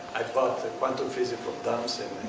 i thought that quantum physics dump so